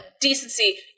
Decency